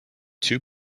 two